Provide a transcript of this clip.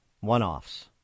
one-offs